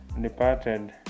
departed